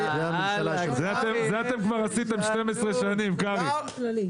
זה מה שעשיתם במשך 12 שנים, קרעי.